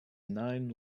nine